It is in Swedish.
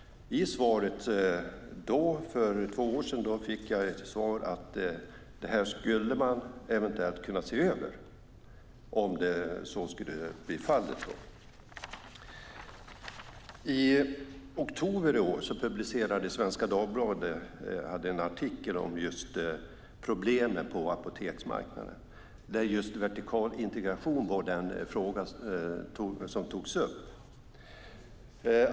För två år sedan fick jag svaret att man eventuellt skulle kunna se över det här om så blev fallet. I oktober i år publicerade Svenska Dagbladet en artikel om problemen på apoteksmarknaden där just vertikal integration var den fråga som togs upp.